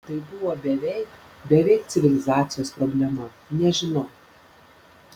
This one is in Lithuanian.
tai buvo beveik beveik civilizacijos problema nežinau